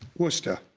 worcester.